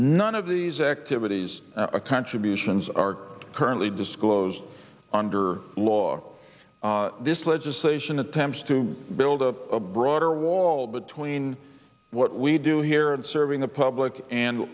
none of these activities contributions are currently disclosed under law this legislation attempts to build up a broader wall between what we do here and serving the public